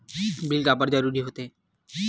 Bill काबर जरूरी होथे?